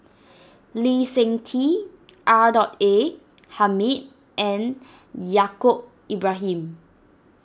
Lee Seng Tee R Dot A Hamid and Yaacob Ibrahim